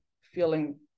feeling